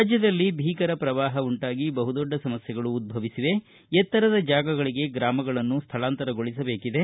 ರಾಜ್ಯದಲ್ಲಿ ಬೀಕರ ಪ್ರವಾಹ ಉಂಟಾಗಿ ಬಹುದೊಡ್ಡ ಸಮಸ್ಯೆಗಳು ಉದ್ದವಿಸಿವೆ ಎತ್ತರದ ಜಾಗಗಳಗೆ ಗ್ರಾಮಗಳನ್ನು ಸ್ಥಳಾಂತರಗೊಳಿಸಬೇಕಿದೆ